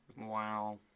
Wow